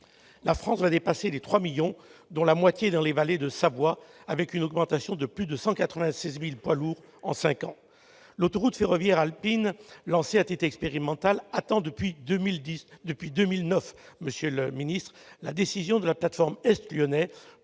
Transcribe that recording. la France va dépasser les 3 millions, la moitié dans les vallées de Savoie, avec une augmentation de plus de 196 000 poids lourds en cinq ans. L'autoroute ferroviaire alpine lancée à titre expérimental attend depuis 2009 la décision de la plate-forme de l'Est lyonnais